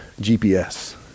GPS